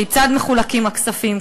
כיצד מחולקים הכספים,